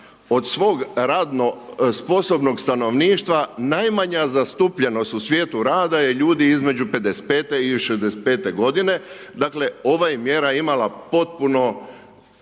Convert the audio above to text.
od svog radno sposobnog stanovništva, najmanja zastupljenost u svijetu rada je ljudi između 55.-te i 65.-te godine, dakle, ova je mjera imala potpuno